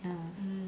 um